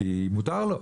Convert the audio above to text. כי מותר לו.